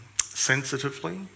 sensitively